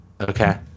Okay